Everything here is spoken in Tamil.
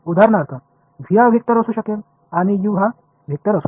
உதாரணமாக V என்பது இந்த வெக்டர் மற்றும் u என்பது அந்த வெக்டர் ஆகும்